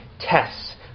tests